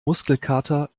muskelkater